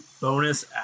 bonus